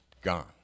gone